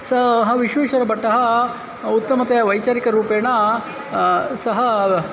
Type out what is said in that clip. सः विश्वेश्वरभट्टः उत्तमतया वैचारिकरूपेण सः